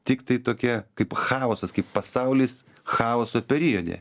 tiktai tokia kaip chaosas kaip pasaulis chaoso periode